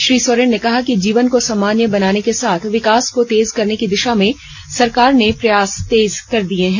श्री सोरेन ने कहा कि जीवन को सामान्य बनाने के साथ विकास को तेज करने की दिशा में सरकार ने प्रयास तेज कर दिए हैं